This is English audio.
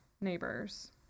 neighbors